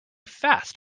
fast